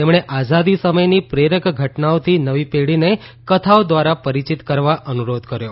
તેમણે આઝાદી સમયની પ્રેરક ઘટનાઓથી નવી પેઢીને કથાઓ દ્વારા પરિચિત કરવા અનુરોધ કર્યો